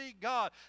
God